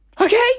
Okay